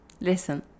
Listen